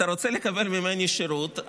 אתה רוצה לקבל ממני שירות?